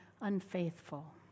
unfaithful